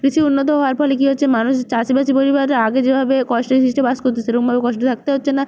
কৃষি উন্নত হওয়ার ফলে কী হচ্ছে মানুষ চাষিবাসি পরিবারে আগে যেভাবে কষ্টেসৃষ্টে বাস করত সেরকমভাবে কষ্টে থাকতে হচ্ছে না